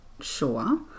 sure